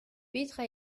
petra